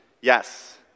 Yes